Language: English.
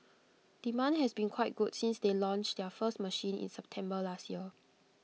demand has been quite good since they launched their first machine in September last year